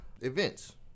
events